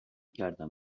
کردم